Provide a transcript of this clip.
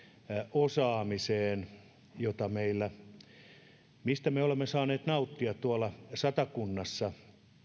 osaamiseen mistä me olemme saaneet nauttia tuolla satakunnassa